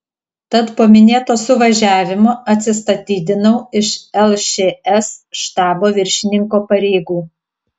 tad po minėto suvažiavimo atsistatydinau iš lšs štabo viršininko pareigų